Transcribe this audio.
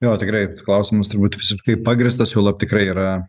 jo tikrai klausimas turbūt visiškai pagrįstas juolab tikrai yra